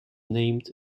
named